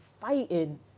fighting